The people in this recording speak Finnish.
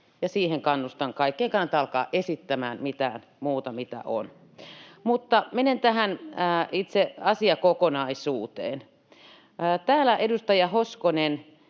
siihen kannustan kaikkia. Ei kannata alkaa esittämään mitään muuta kuin mitä on. Mutta menen tähän itse asiakokonaisuuteen. Täällä edustaja Hoskonen